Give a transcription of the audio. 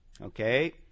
Okay